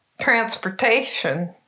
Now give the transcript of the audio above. transportation